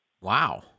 Wow